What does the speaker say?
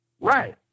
Right